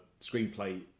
screenplay